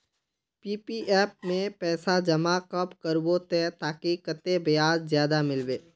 PPF में पैसा जमा कब करबो ते ताकि कतेक ब्याज ज्यादा मिलबे?